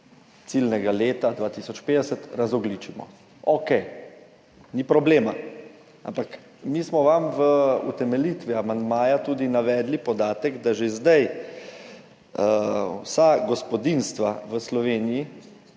ciljnega leta 2050 razogljičimo. Okej, ni problema, ampak mi smo vam v utemeljitvi amandmaja navedli tudi podatek, da že zdaj vsa gospodinjstva v Sloveniji,